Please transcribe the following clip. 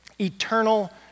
eternal